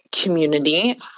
community